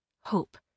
Hope